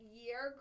year